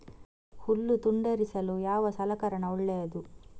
ಹುಲ್ಲು ತುಂಡರಿಸಲು ಯಾವ ಸಲಕರಣ ಒಳ್ಳೆಯದು?